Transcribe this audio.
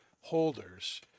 holders